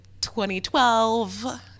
2012